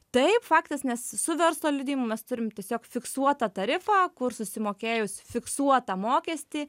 taip faktas nes su verslo liudijimu mes turim tiesiog fiksuotą tarifą kur susimokėjus fiksuotą mokestį